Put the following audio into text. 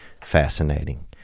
fascinating